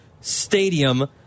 stadium